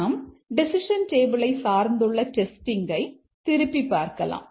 நாம் டெசிஷன் டேபிளை சார்ந்துள்ள டெஸ்டிங்கை திருப்பி பார்க்கலாம்